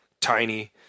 tiny